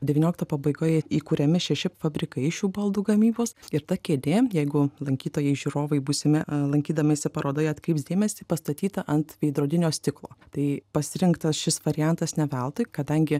devyniolikto pabaigoje įkuriami šeši fabrikai šių baldų gamybos ir ta kėdė jeigu lankytojai žiūrovai būsimi lankydamiesi parodoje atkreips dėmesį pastatyta ant veidrodinio stiklo tai pasirinktas šis variantas ne veltui kadangi